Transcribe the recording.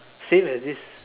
same as this